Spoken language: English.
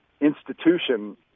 institution